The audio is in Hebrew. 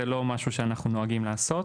זה לא משהו שאנחנו נוהגים לעשות,